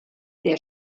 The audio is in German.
der